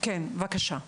משרד הבריאות, בבקשה.